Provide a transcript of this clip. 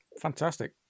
Fantastic